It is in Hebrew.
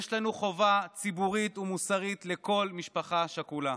יש לנו חובה ציבורית ומוסרית לכל משפחה שכולה.